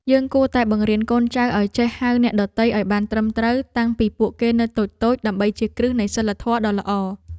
យើងគួរតែបង្រៀនកូនចៅឱ្យចេះហៅអ្នកដទៃឱ្យបានត្រឹមត្រូវតាំងពីពួកគេនៅតូចៗដើម្បីជាគ្រឹះនៃសីលធម៌ដ៏ល្អ។